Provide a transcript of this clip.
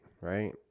right